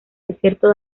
desierto